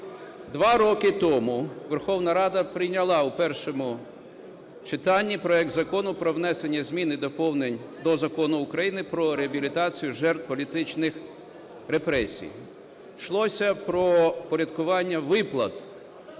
Два роки тому Верховна Рада прийняла в першому читанні проект Закону про внесення змін і доповнень до Закону України "Про реабілітацію жертв політичних репресій".